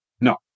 No